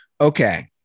Okay